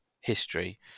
history